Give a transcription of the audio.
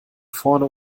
vorne